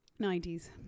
90s